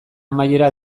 amaiera